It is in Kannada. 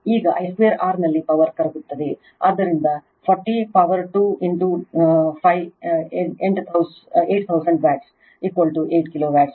ಈಗ I2 R ನಲ್ಲಿ ಪವರ್ ಕರಗುತ್ತದೆ ಆದ್ದರಿಂದ 40 ಪವರ್ 2 5 8000 ವ್ಯಾಟ್ಸ್ 8 ಕಿಲೋ ವ್ಯಾಟ್